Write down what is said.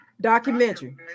Documentary